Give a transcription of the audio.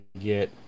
get